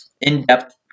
in-depth